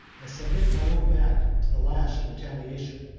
i submit my own back to the lash of retaliation.